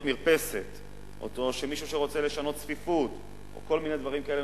מרפסת או של מישהו שרוצה לשנות צפיפות או כל מיני דברים כאלה,